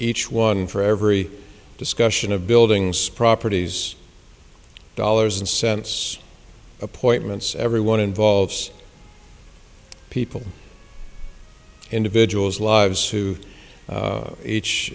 each one for every discussion of buildings properties dollars and cents appointments everyone involved people individuals lives to each